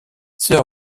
sir